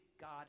God